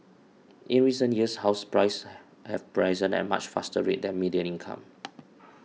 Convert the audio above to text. in recent years house prices have risen at a much faster rate than median incomes